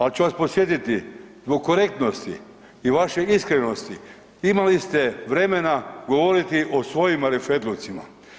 Al ću vas podsjetiti, zbog korektnosti i vaše iskrenosti imali ste vremena govoriti o svojim marifetlucima.